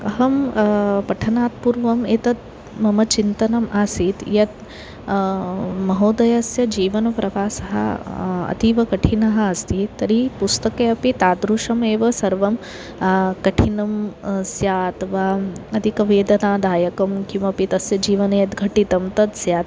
अहं पठनात् पूर्वम् एतत् मम चिन्तनम् आसीत् यत् महोदयस्य जीवनप्रवासः अतीव कठिनः अस्ति तर्हि पुस्तके अपि तादृशमेव सर्वं कठिनं स्यात् वा अधिकवेदनादायकं किमपि तस्य जीवने यद्घटितं तत् स्यात्